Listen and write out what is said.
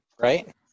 Right